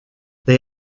they